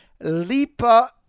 lipa